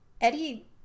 Eddie